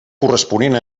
corresponent